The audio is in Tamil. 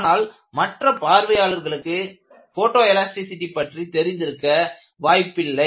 ஆனால் மற்ற பார்வையாளர்களுக்கு போட்டோ எலாஸ்டிசிடி பற்றி தெரிந்திருக்க வாய்ப்பில்லை